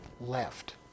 left